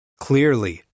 Clearly